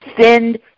send